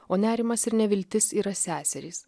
o nerimas ir neviltis yra seserys